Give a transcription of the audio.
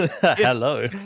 hello